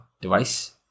device